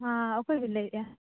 ᱚᱠᱚᱭ ᱵᱤᱱ ᱞᱟᱹᱭᱮᱫᱼᱟ